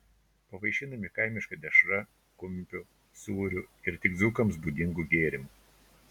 pavaišinami kaimiška dešra kumpiu sūriu ir tik dzūkams būdingu gėrimu